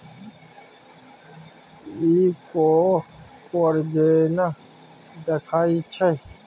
इ कॉकोड़ जेना देखाइत छै